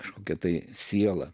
kažkokia tai siela